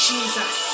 Jesus